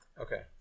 Okay